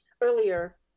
earlier